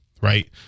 right